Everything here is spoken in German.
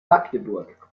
magdeburg